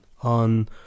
On